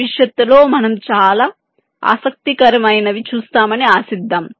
భవిష్యత్తులో మనం చాలా ఆసక్తికరమైనవి చూస్తామని ఆశిద్దాం